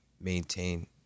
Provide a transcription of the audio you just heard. maintain